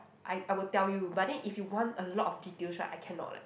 I I will tell you but then if you want a lot of details right I cannot leh